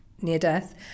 near-death